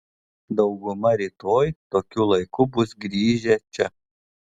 dauguma rytoj tokiu laiku bus grįžę čia